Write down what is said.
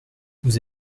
vous